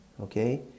okay